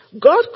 God